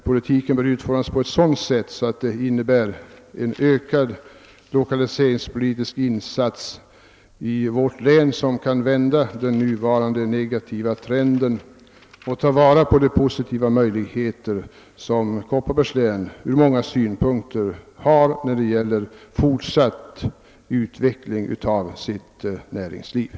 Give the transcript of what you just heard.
Politiken bör utformas på ett sådant sätt att den kommer att innebära en ökad lokaliseringspolitisk insats i vårt län, så att den nuvarande negativa trenden vänds och de möjligheter tillvaratas som Kopparbergs län i många avseenden har när det gäller en fortsatt utveckling av näringslivet.